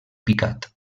picat